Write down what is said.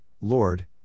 Lord